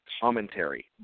commentary